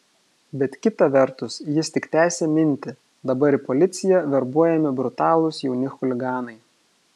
bet kita vertus jis tik tęsė mintį dabar į policiją verbuojami brutalūs jauni chuliganai